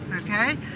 okay